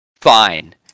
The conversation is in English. fine